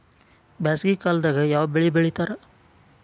ಬ್ಯಾಸಗಿ ಕಾಲದಾಗ ಯಾವ ಬೆಳಿ ಬೆಳಿತಾರ?